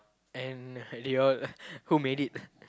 and did you all who made it